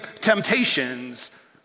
temptations